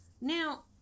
Now